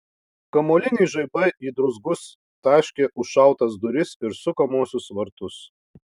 kamuoliniai žaibai į druzgus taškė užšautas duris ir sukamuosius vartus